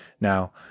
Now